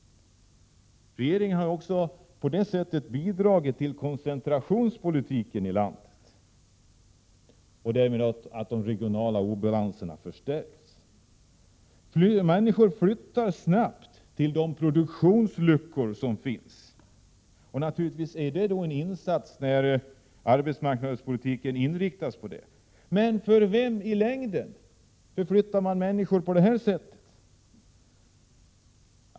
Regeringen har på det sättet bidragit till koncentrationspolitiken i landet och därmed till att de regionala obalanserna förstärkts. Människor flyttar snabbt till de produktionsluckor som finns. Naturligtvis är det en insats, när arbetsmarknadspolitiken inriktas på det. Men för vem förflyttar man människor på det här sättet i längden?